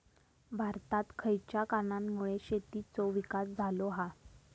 भारतात खयच्या कारणांमुळे शेतीचो विकास झालो हा?